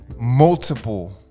Multiple